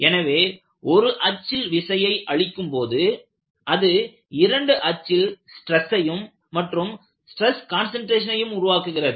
எனவே ஒரு அச்சில் விசையை அளிக்கும் போது அது இரண்டு அச்சில் ஸ்ட்ரெஸையும் மற்றும் ஸ்ட்ரெஸ் கான்சன்ட்ரேசனையும் உண்டாக்குகிறது